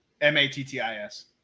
M-A-T-T-I-S